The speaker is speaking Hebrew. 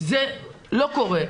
וזה לא קורה.